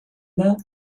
that